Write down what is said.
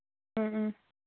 ꯎꯝ ꯎꯝ